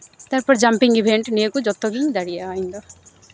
ᱛᱟᱨᱯᱚᱨ jumping event ᱱᱤᱭᱟᱹ ᱠᱚ ᱡᱚᱛᱚ ᱜᱤᱧ ᱫᱟᱲᱮᱭᱟᱜᱼᱟ ᱤᱧᱫᱚ